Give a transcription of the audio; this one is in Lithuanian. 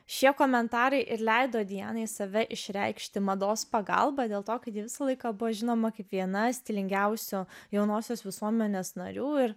šie komentarai ir leido dianai save išreikšti mados pagalba dėl to kad ji visą laiką buvo žinoma kaip viena stilingiausių jaunosios visuomenės narių ir